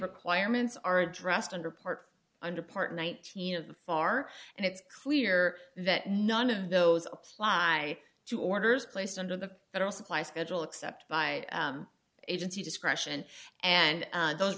requirements are addressed under part under part nineteen of the far and it's clear that none of those apply to orders placed under the federal supply schedule except by agency discretion and those